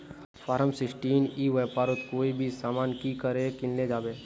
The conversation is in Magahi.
फारम सिक्सटीन ई व्यापारोत कोई भी सामान की करे किनले जाबे?